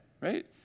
right